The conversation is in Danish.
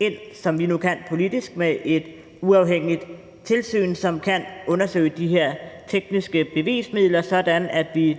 ind, som vi nu kan politisk, med et uafhængigt tilsyn, som kan undersøge de her tekniske bevismidler, sådan at vi